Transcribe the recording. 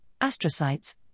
astrocytes